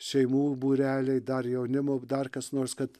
šeimų būreliai dar jaunimo dar kas nors kad